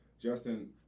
Justin